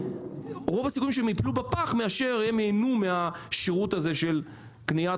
רוב הסיכויים שהם יפלו בפח מאשר שהם יהנו מהשירות הזה של קניית